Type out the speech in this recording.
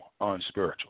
unspiritual